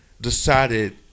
decided